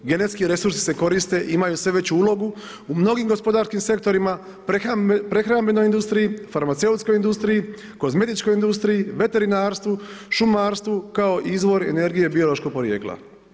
Genetski resursi se koriste i imaju sve veću ulogu u mnogim gospodarskim sektorima, prehrambenoj industriji, farmaceutskoj industriji, kozmetičkoj industriji, veterinarstvu, šumarstvu kao izvor energije biološkog porijekla.